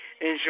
enjoy